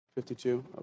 52